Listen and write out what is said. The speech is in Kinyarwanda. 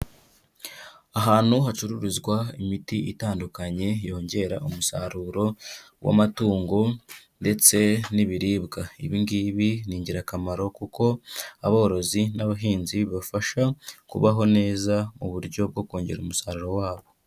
Ahantu hacururizwa imiti itandukanye yongera umusaruro w'amatungo ndetse n'ibiribwa. Ibi ngibi ni ingirakamaro kuko aborozi n'abahinzi bibafasha kubaho neza mu buryo bwo kongera umusaruro wabo.